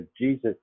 Jesus